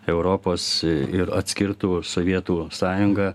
europos ir atskirtų sovietų sąjungą